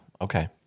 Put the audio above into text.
Okay